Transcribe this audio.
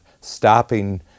stopping